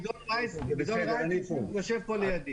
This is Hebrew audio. גדעון רייס יושב פה לידי.